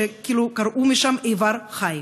כאילו קרעו משם איבר חי.